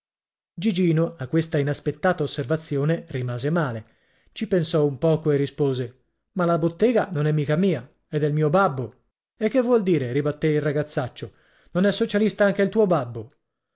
gigino a questa inaspettata osservazione rimase male ci pensò un poco e rispose ma la bottega non è mica mia è del mio babbo e che vuol dire ribatté il ragazzaccio non è socialista anche il tuo babbo